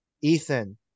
Ethan